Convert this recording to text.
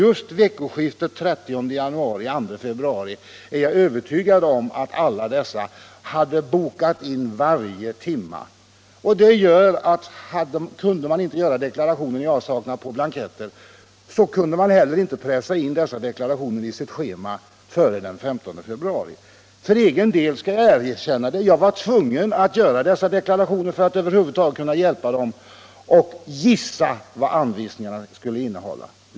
Just under veckoskiftet 30 januari-2 februari är jag övertygad om att alla dessa hade bokat in varje timme. Men kunde man då inte göra deklarationerna, i avsaknad av blanketter, kunde man inte heller pressa in dessa deklarationer i sitt schema före den 15 februari. För egen del skall jag erkänna att jag var tvungen att göra dessa deklarationer, för att över huvud taget kunna hjälpa dessa människor, och gissa vad anvisningarna skulle innehålla.